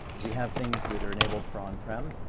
we have things that are enabled for on-prem.